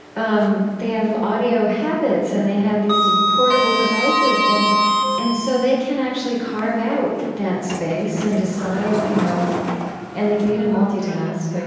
um they have audio habits and they have these portable devices, and and so they can actually carve out that space and decide, you know and they can even multitask. i